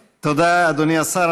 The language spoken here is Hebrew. תודה, אדוני השר.